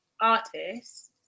artists